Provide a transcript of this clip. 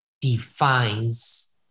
defines